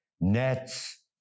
nets